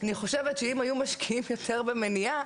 אני חושבת שאם היו משקיעים יותר במניעה,